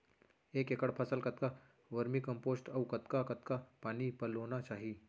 एक एकड़ फसल कतका वर्मीकम्पोस्ट अऊ कतका कतका पानी पलोना चाही?